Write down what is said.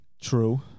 True